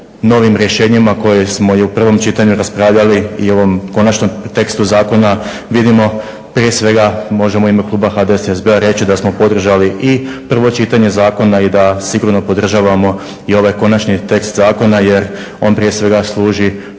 i u ovom konačnom tekstu zakona vidimo prije svega možemo u ime kluba HDSSB-a reći da smo podržali i prvo čitanje zakona i da sigurno podržavamo i ovaj Konačni tekst zakona jer on prije svega služi